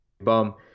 bum